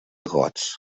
gots